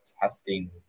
testing